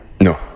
no